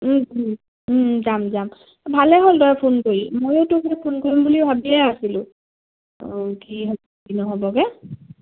যাম যাম ভালেই হ'ল তই ফোন কৰি ময়ো তোক ফোন কৰিম বুলি ভাবিয়ে আছিলোঁ অ কি হ'ব কি নহ'বকে